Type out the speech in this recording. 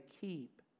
keep